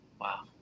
Wow